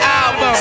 album